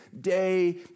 day